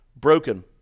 broken